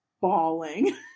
bawling